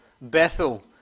Bethel